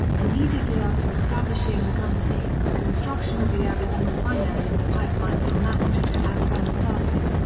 immediately after establishing the company, construction of the abadan refinery and the pipeline from masjid to abadan started.